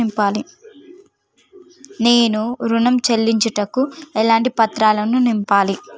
నేను ఋణం చెల్లించుటకు ఎలాంటి పత్రాలను నింపాలి?